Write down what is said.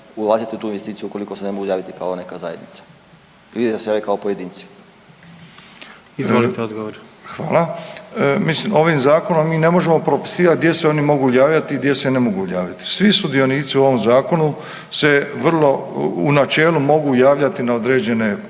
ulaziti u tu investiciju ukoliko se ne mogu javiti kao neka zajednica ili da se jave kao pojedinci. **Jandroković, Gordan (HDZ)** Izvolite odgovor. **Milatić, Ivo** Hvala. Mislim ovim zakonom mi ne možemo propisivati gdje se oni mogu javljati gdje se ne mogu javljati. Svi sudionici u ovom zakonu se vrlo, u načelu mogu javljati na određene potpore